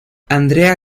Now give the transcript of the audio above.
andrea